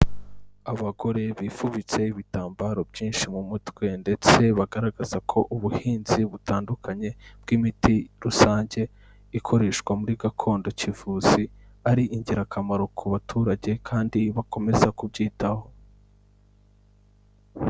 Abagore bifubitse ibitambaro byinshi mu mutwe ndetse bagaragaza ko ubuhinzi butandukanye bw'imiti rusange ikoreshwa muri gakondo kivuzi, ari ingirakamaro ku baturage kandi bakomeza kubyitaho.